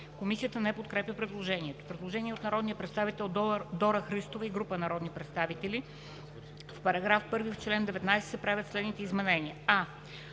Комисията не подкрепя предложението. Предложение от народния представител Дора Христова и група народни представители: „В § 1, в чл. 19 се правят следните изменения: